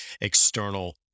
external